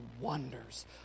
wonders